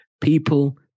people